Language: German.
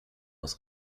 muss